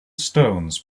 stones